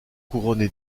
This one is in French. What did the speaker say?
couronné